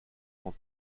quand